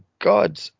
god